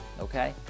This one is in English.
okay